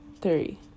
three